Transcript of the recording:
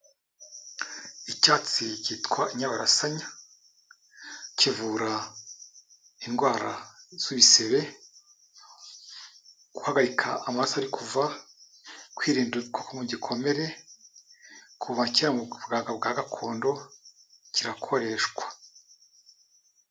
Icyatsi cyitwa inyabarasanya kivura indwara z'ibisebe, guhagarika amaraso ari kuva, kwirinda mu gikomere, kuva cyera mubuvuzi bwa gakondo kirakoreshwa.